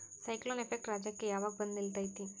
Cyclone effect ರಾಜ್ಯಕ್ಕೆ ಯಾವಾಗ ಬಂದ ನಿಲ್ಲತೈತಿ?